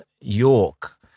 York